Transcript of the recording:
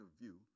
view